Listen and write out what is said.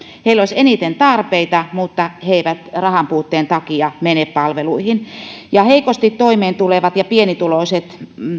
heillä olisi eniten tarpeita mutta he eivät rahanpuutteen takia mene palveluihin heikosti toimeentulevat ja pienituloiset